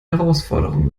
herausforderungen